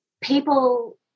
People